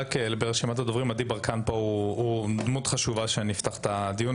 ברשימת הדוברים עדי ברקן פה הוא דמות חשובה כשנפתח את הדיון,